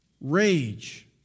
rage